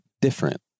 different